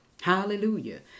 Hallelujah